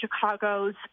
Chicago's